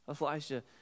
Elijah